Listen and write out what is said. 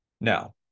Now